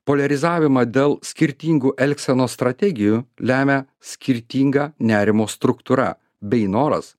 poliarizavimą dėl skirtingų elgsenos strategijų lemia skirtinga nerimo struktūra bei noras